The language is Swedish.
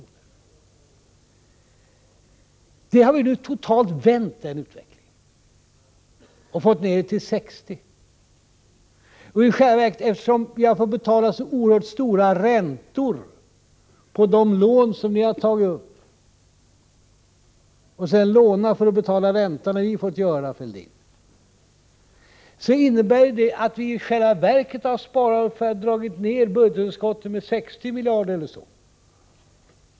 Den utvecklingen har vi nu totalt vänt och fått ned budgetunderskottet till 60 miljarder. Eftersom vi har fått betala så oerhört mycket i räntor på de lån som ni har tagit upp och eftersom vi har fått låna för att betala dessa räntor, Thorbjörn Fälldin, har vi i själva verket genom ett kompetent jobb dragit ned budgetunderskottet med 60 miljarder eller så.